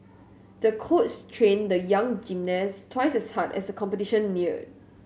the coach trained the young gymnast twice as hard as the competition neared